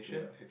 yeah